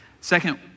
second